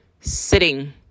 sitting